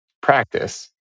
practice